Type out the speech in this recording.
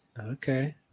Okay